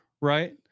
right